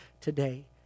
today